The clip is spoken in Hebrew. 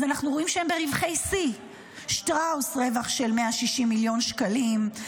אז אנחנו רואים שהם ברווחי שיא: שטראוס ברווח של 160 מיליון שקלים,